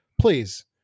please